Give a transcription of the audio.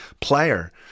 player